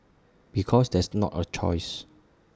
because that's not A choice